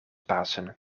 pasen